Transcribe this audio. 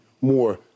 more